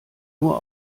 nur